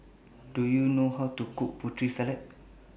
Do YOU know How to Cook Putri Salad